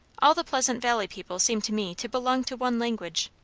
all the pleasant valley people seem to me to belong to one language.